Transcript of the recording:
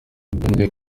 byongeye